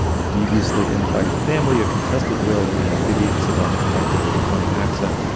deviously infighting family, a contested will and an idiot savant detective with a funny accent.